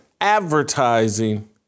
advertising